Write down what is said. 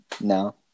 No